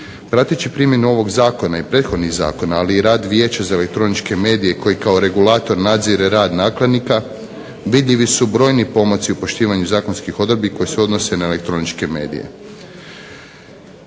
Prateći primjenu ovog zakona i prethodnih zakona, ali i rad Vijeća za elektroničke medije koji kao regulator nadzire rad nakladnika, vidljivi su brojni pomaci u poštivanju zakonskih odredbi koji se odnose na elektroničke medije.